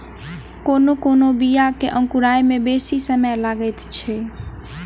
कोनो कोनो बीया के अंकुराय मे बेसी समय लगैत छै